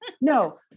no